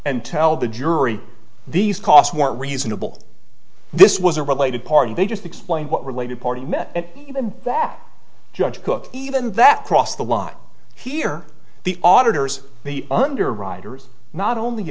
and tell the jury these cost more reasonable this was a related party they just explained what related party met that judge cook even that crossed the line here the auditors the underwriters not only